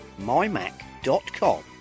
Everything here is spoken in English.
mymac.com